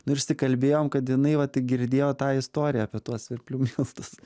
nu ir išsikalbėjom kad jinai vat girdėjo tą istoriją apie tuos svirplių miltus